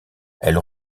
elle